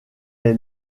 est